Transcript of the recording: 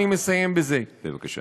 אדוני, אני מבקש לסיים.